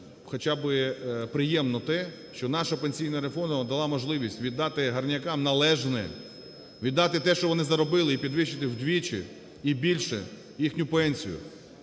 хоча би приємно те, що наша пенсійна реформа дала можливість віддати горнякам належне, віддати те, що вони заробили, і підвищити вдвічі, і більше їхню пенсію.